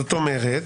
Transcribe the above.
זאת אומרת,